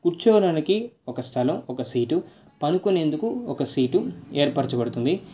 కూర్చోవడానికి ఒక స్థలం ఒక సీటు పడుకునేందుకు ఒక సీటు ఏర్పరచబడుతుంది